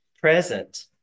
present